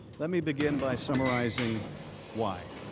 let me begin by summarizing why.